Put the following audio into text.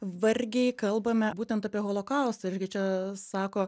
vargiai kalbame būtent apie holokaustą irgi čia sako